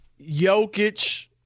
Jokic